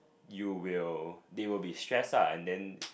you will they will be stress ah and then